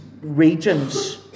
regions